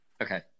Okay